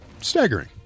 staggering